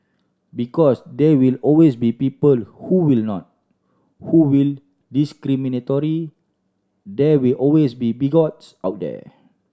because there will always be people who will not who will discriminatory there will always be bigots out there